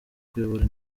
kuyobora